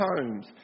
homes